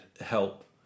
help